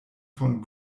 von